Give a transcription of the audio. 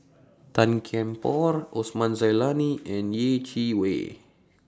Tan Kian Por Osman Zailani and Yeh Chi Wei